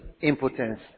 impotence